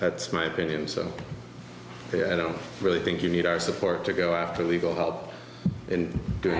that's my opinion so i don't really think you need our support to go after legal help in do